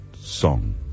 song